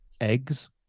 eggs